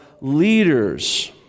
leaders